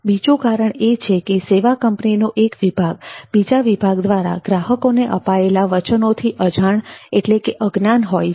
બીજું કારણ એ છે કે સેવા કંપનીનો એક વિભાગ બીજા વિભાગ દ્વારા ગ્રાહકોને અપાયેલા વચનોથી અજાણઅજ્ઞાન હોય છે